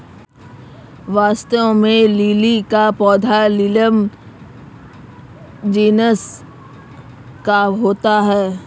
वास्तव में लिली का पौधा लिलियम जिनस का होता है